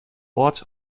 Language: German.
ort